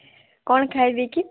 କ'ଣ ଖାଇବେ କି